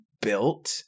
built